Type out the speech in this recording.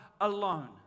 alone